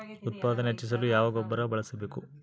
ಉತ್ಪಾದನೆ ಹೆಚ್ಚಿಸಲು ಯಾವ ಗೊಬ್ಬರ ಬಳಸಬೇಕು?